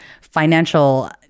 financial